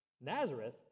Nazareth